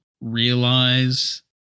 realize